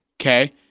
Okay